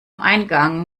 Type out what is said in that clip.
eingang